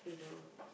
you know